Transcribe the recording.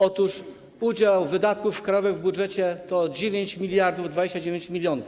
Otóż udział wydatków krajowych w budżecie to 9029 mln.